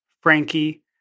Frankie